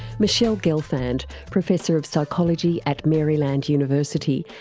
michele gelfand, professor of psychology at maryland university,